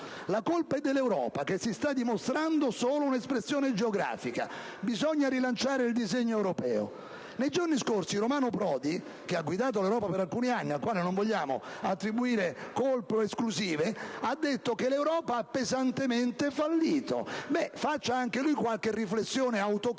La colpa è dell'Europa che si sta dimostrando solo un'espressione geografica. Bisogna rilanciare il disegno europeo». Nei giorni scorsi, Romano Prodi, che ha guidato l'Europa per alcuni anni ed al quale non vogliamo attribuire colpe esclusive, ha detto che l'Europa ha pesantemente fallito. Beh, faccia anche lui qualche riflessione autocritica